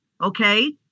okay